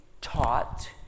taught